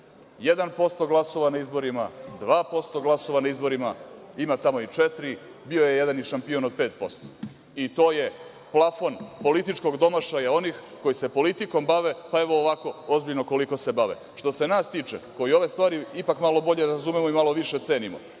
glasova na izborima, dva posto glasova na izborima. Ima tamo i četiri. Bio je jedan i šampion od pet posto. To je plafon političkog domašaja onih koji se politikom bave ovako ozbiljno koliko se bave. Što se nas tiče koji ove stvari ipak malo bolje razumemo i malo više cenimo,